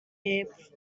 y’epfo